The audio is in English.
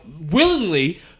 willingly